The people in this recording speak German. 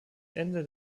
ende